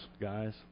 guys